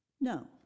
No